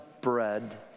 bread